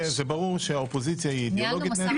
האופוזיציה שרוצים לקחת